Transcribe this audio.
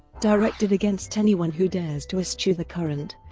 directed against anyone who dares to eschew the current,